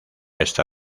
esta